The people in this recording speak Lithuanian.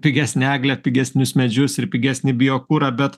pigesnę eglę pigesnius medžius ir pigesnį biokurą bet